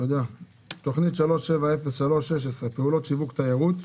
תוכנית 370316, פעולות שיווק תיירות.